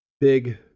big